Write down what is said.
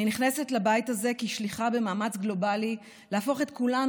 אני נכנסת לבית הזה כשליחה במאמץ גלובלי להפוך את כולנו,